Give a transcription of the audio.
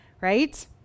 right